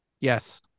Yes